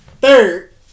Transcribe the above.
Third